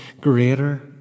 greater